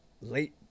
late